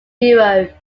europe